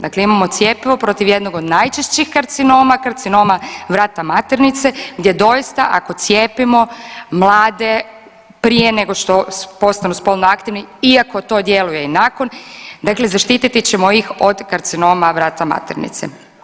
Dakle, imamo cjepivo protiv jednog od najčešćih karcinoma, karcinom vrata maternice gdje doista ako cijepimo prije nego što postanu spolno aktivni iako to djeluje i nakon, dakle zaštiti ćemo ih od karcinoma vrata maternice.